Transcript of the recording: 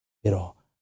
Pero